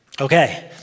Okay